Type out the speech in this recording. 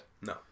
No